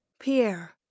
pierre